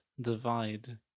Divide